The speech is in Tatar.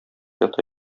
ята